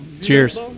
Cheers